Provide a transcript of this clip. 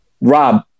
Rob